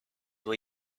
were